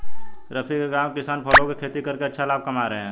रफी के गांव के किसान फलों की खेती करके अच्छा लाभ कमा रहे हैं